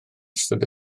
ystod